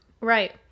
Right